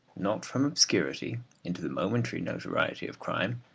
not from obscurity into the momentary notoriety of crime,